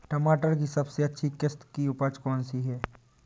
टमाटर की सबसे अच्छी किश्त की उपज कौन सी है?